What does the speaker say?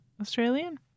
Australian